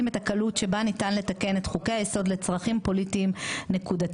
את הקלות שבה ניתן לתקן את חוקי היסוד לצרכים פוליטיים נקודתיים,